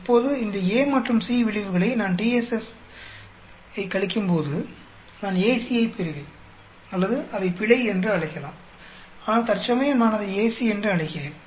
இப்போது இந்த A மற்றும் C விளைவுகளை நான் TSS கழிக்கும்போது நான் AC யைப் பெறுவேன் அல்லது அதை பிழை என்று அழைக்கலாம் ஆனால் தற்சமயம் நான் அதை AC என்று அழைக்கிறேன்